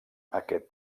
aquest